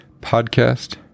podcast